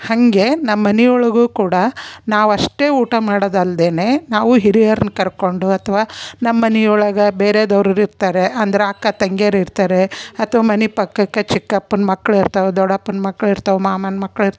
ಹಾಗೆ ನಮ್ಮ ಮನೆ ಒಳಗೂ ಕೂಡ ನಾವಷ್ಟೇ ಊಟ ಮಾಡೋದಲ್ದೆನೇ ನಾವು ಹಿರಿಯರನ್ನು ಕರ್ಕೊಂಡು ಅಥ್ವಾ ನಮ್ಮ ಮನೆ ಒಳಗೆ ಬೇರೆಯವ್ರು ಇರ್ತಾರೆ ಅಂದ್ರೆ ಅಕ್ಕ ತಂಗಿಯರು ಇರ್ತಾರೆ ಅಥ್ವಾ ಮನೆ ಪಕ್ಕಕ್ಕೆ ಚಿಕ್ಕಪ್ಪನ ಮಕ್ಳು ಇರ್ತವೆ ದೊಡ್ಡಪ್ಪನ ಮಕ್ಳು ಇರ್ತವೆ ಮಾಮನ ಮಕ್ಳು ಇರ್